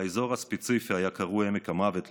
האזור הספציפי היה קרוי "עמק המוות",